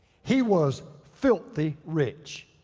he was filthy rich.